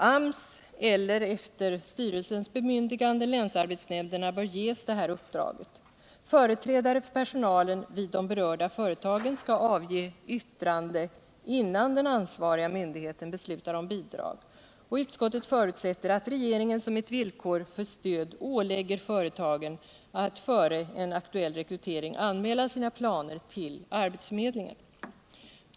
AMS eller, efter styrelsens bemyndigande, länsarbetsnämnderna bör ges detta uppdrag. Företrädare för personalen vid de berörda företagen skall avge yttrande innan den ansvariga myndigheten beslutar om bidrag. Utskottet förutsätter att regeringen som ett villkor för stöd ålägger företagen att före en aktuell rekrytering anmäla sina planer till arbetsförmedlingen.